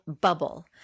bubble